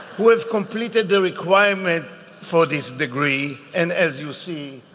who have completed the requirement for this degree and as you see,